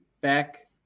back